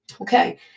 Okay